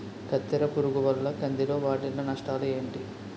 కత్తెర పురుగు వల్ల కంది లో వాటిల్ల నష్టాలు ఏంటి